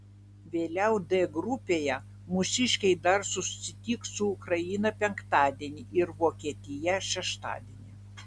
vėliau d grupėje mūsiškiai dar susitiks su ukraina penktadienį ir vokietija šeštadienį